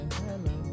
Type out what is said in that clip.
hello